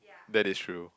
that is true